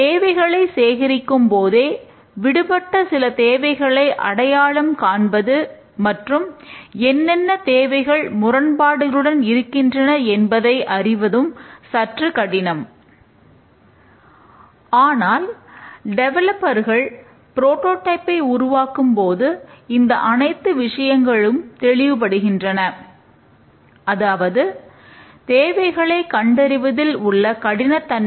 தேவைகளை சேகரிக்கும்போதே விடுபட்ட சில தேவைகளை அடையாளம் காண்பது மற்றும் என்னென்ன தேவைகள் முரண்பாடுகளுடன் இருக்கின்றன என்பதை அறிவதும் சற்று கடினம்